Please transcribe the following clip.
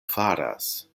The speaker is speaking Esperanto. faras